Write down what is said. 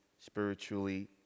spiritually